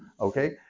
Okay